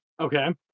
Okay